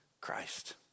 Christ